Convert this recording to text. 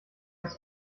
ist